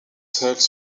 seuls